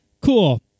Cool